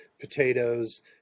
potatoes